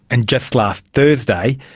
and just last thursday,